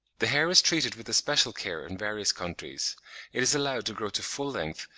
the hair is treated with especial care in various countries it is allowed to grow to full length,